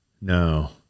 no